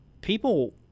people